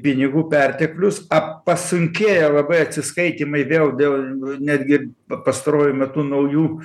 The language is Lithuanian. pinigų perteklius ap pasunkėjo labai atsiskaitymai vėl dėl netgi p pastaruoju metu naujų